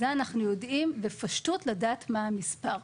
זה אנחנו יודעים בפשטות לדעת מה המספר.